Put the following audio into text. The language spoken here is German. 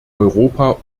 europa